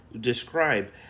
describe